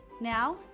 Now